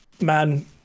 man